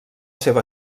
seva